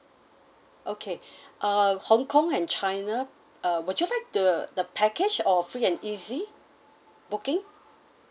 okay uh hong kong and china uh would you like the the package or free and easy booking